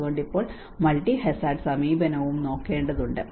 അതുകൊണ്ട് ഇപ്പോൾ multi hazard സമീപനവും നോക്കേണ്ടതുണ്ട്